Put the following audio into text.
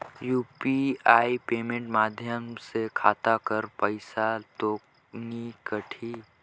UPI payment माध्यम से खाता कर पइसा तो नी कटही?